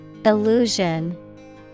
Illusion